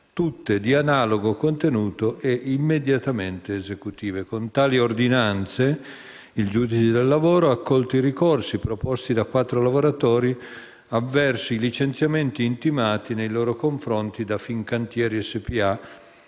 tutte di analogo contenuto e immediatamente esecutive. Con tali ordinanze, il giudice del lavoro ha accolto i ricorsi proposti da quattro lavoratori avverso i licenziamenti intimati nei loro confronti da Fincantieri SpA,